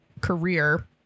career